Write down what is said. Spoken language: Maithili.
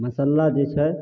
मसल्ला जे छै